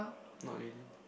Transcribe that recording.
not really